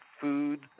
food